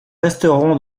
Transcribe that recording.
resterons